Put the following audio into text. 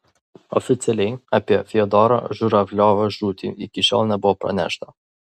oficialiai apie fiodoro žuravliovo žūtį iki šiol nebuvo pranešta